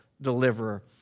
deliverer